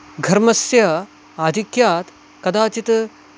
घर्मस्य आधिक्यात् कदाचित्